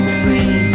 free